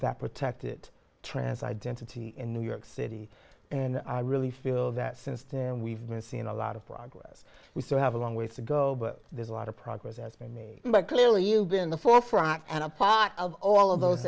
that protected trans identity in new york city and i really feel that since then we've been seeing a lot of progress we still have a long way to go but there's a lot of progress has been made but clearly you've been in the forefront and a pot of all of those